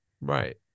right